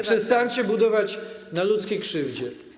Przestańcie budować na ludzkiej krzywdzie.